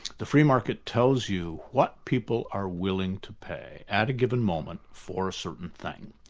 the free market tells you what people are willing to pay at a given moment for a certain thing.